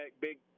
big